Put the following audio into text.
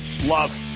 Love